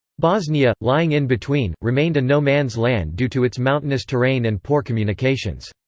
bosnia, lying in between, remained a no-man's land due to its mountainous terrain and poor communications.